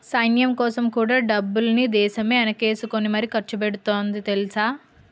సైన్యంకోసం కూడా డబ్బుల్ని దేశమే ఎనకేసుకుని మరీ ఖర్చుపెడతాంది తెలుసా?